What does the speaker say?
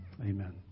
amen